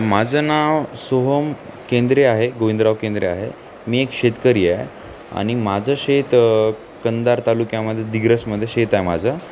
माझं नाव सोहम केंद्रे आहे गोविंदराव केंद्रे आहे मी एक शेतकरी आहे आणि माझं शेत कंदार तालुक्यामध्ये दिग्रसमध्ये शेत आहे माझं